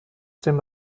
dem